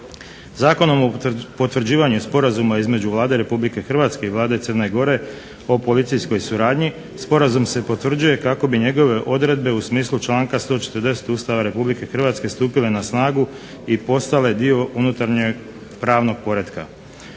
Zakonom o potvrđivanju Sporazuma između Vlade Republike Hrvatske i Vlade Crne Gore o policijskoj suradnji sporazum se potvrđuje kako bi njegove odredbe u smislu članka 140. Ustava Republike Hrvatske stupile na snagu i postale dio unutarnjeg pravnog poretka.